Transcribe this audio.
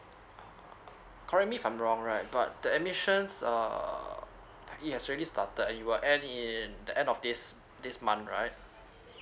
correct me if I'm wrong right but the admissions err it has really started and it will end in the end of this this month right